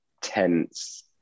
tense